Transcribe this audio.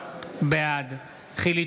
בעד חילי